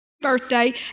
birthday